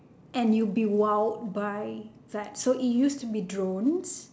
and you'd be wowed by that so it used to be drones